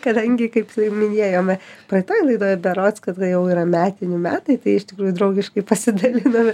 kadangi kaip minėjome praeitoj laidoje berods kad jau yra metinių metai tai iš tikrųjų draugiškai pasidalino